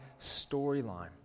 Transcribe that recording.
storyline